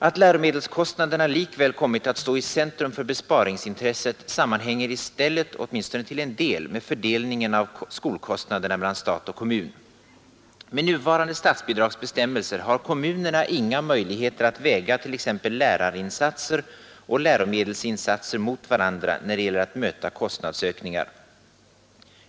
Att läromedelskostnaderna likväl kommit att stå i centrum för besparingsintresset sammanhänger i stället, åtminstone till en del, med fördelningen av skolkostnaderna mellan stat och kommun. Med nuvarande statsbidragsbestämmelser har kommunerna inga möjligheter att väga t.ex. lärarinsatser och läromedelsinsatser mot varandra när det gäller att möta kostnadsökningar.